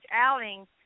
outing